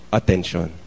attention